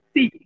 See